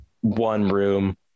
one-room